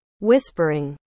Whispering